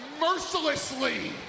mercilessly